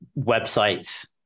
websites